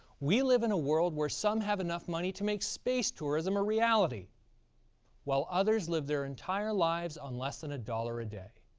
we live in a world where some have enough money to make space tourism a reality while other live their entire lives on less than a dollar a day.